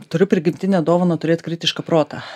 turiu prigimtinę dovaną turėt kritišką protą